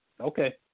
Okay